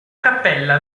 cappella